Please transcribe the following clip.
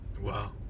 Wow